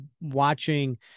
watching